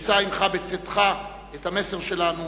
ותישא אתך בצאתך את המסר שלנו,